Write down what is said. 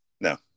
No